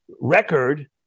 record